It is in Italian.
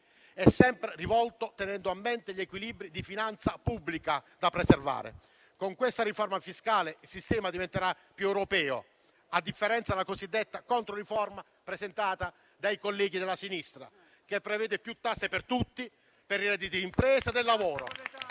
è sempre perseguito tenendo a mente gli equilibri di finanza pubblica da preservare. Con questa riforma fiscale il sistema diventerà più europeo, a differenza della cosiddetta controriforma presentata dai colleghi della sinistra, che prevede più tasse per tutti, per i redditi impresa e del lavoro.